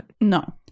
No